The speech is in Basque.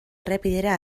errepidera